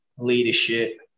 leadership